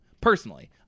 Personally